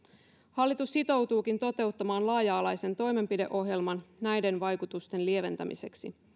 hallitus sitoutuukin toteuttamaan laaja alaisen toimenpideohjelman näiden vaikutusten lieventämiseksi